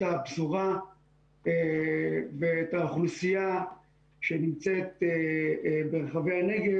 הפזורה ואת האוכלוסייה שנמצאת ברחבי הנגב